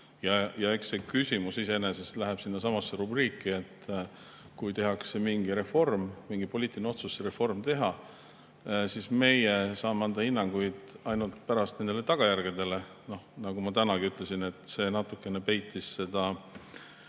Eks see küsimus iseenesest läheb sinnasamasse rubriiki, et kui tehakse mingi reform, mingi poliitiline otsus see reform teha, siis meie saame anda hinnanguid ainult pärast nende tagajärgede kohta. Nagu ma tänagi ütlesin, see ootamatu lisa